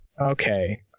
Okay